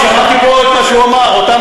אני שמעתי פה את מה שהוא אמר: אותם